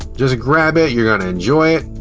just grab it, you're gonna enjoy it!